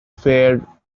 fair